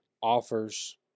offers